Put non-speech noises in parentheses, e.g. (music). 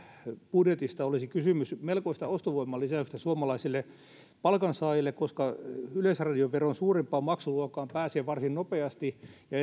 budjetista olisi kysymys melkoisesta ostovoiman lisäyksestä suomalaisille palkansaajille koska yleisradioveron suurimpaan maksuluokkaan pääsee varsin nopeasti ja (unintelligible)